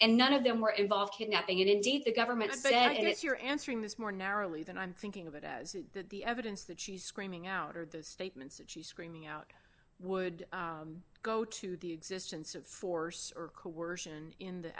and none of them were involved kidnapping and indeed the government said it's you're answering this more narrowly than i'm thinking of it as the evidence that she's screaming out or those statements that she's screaming out would go to the existence of force or